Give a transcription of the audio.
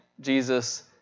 Jesus